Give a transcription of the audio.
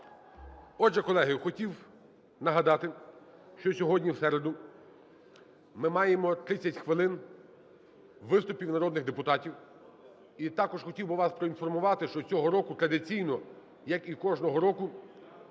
Отже, колеги, хотів нагадати, що сьогодні, в середу, ми маємо 30 хвилин виступів народних депутатів. І також хотів би вас проінформувати, що цього року традиційно, як і кожного року,